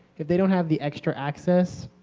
if they don't have the extra access,